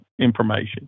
information